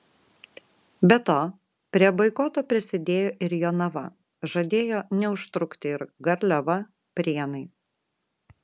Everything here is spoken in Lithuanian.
be to prie boikoto prisidėjo ir jonava žadėjo neužtrukti ir garliava prienai